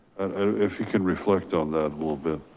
if you can reflect on that a little bit.